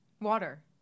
Water